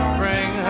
bring